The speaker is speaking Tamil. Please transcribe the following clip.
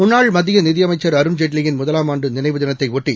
முன்னாள் மத்திய நிதி அமைச்ச் அருண்ஜேட்லியிள் முதலாம் ஆண்டு நினைவு தினத்தையொட்டி